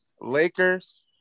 Lakers